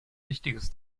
wichtiges